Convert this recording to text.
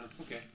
Okay